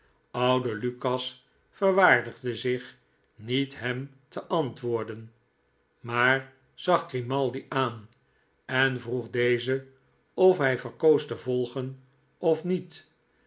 oude lukas verwaardigde zich niet hem te antwoorden maar zag grimaldi aan en vroeg dezen of hij verkoos te volgen of niet